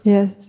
Yes